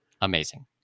amazing